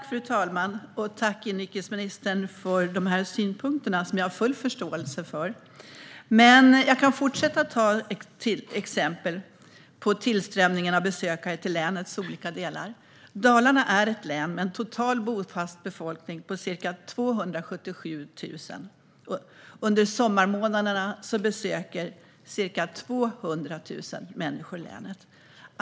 Fru talman! Jag tackar inrikesministern för de här synpunkterna, som jag har full förståelse för. Men jag kan fortsätta att ge exempel gällande tillströmningen av besökare till länets olika delar. Dalarna är ett län med en total bofast befolkning på ca 277 000. Under sommarmånaderna besöker ca 200 000 människor länet.